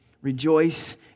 rejoice